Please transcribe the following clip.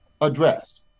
addressed